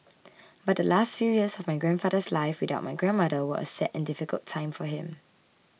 but the last few years of my grandfather's life without my grandmother were a sad and difficult time for him